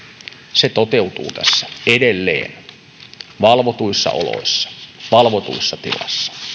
se toteutuu tässä edelleen valvotuissa oloissa valvotussa tilassa